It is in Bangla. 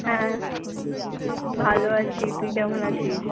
হ্যাঁ ভালো আছি তুই কেমন আছিস